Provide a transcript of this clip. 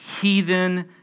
heathen